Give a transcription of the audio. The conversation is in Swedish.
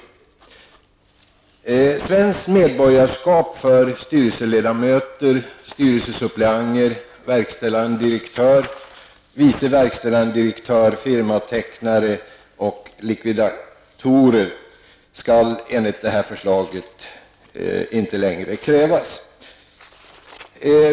Krav på svenskt medborgarskap för styrelseledamöter, styrelsesuppleanter, verkställande direktör, vice verkställande direktör, firmatecknare och likvidatorer skall enligt detta förslag inte längre ställas.